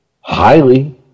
Highly